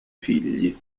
figli